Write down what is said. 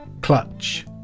clutch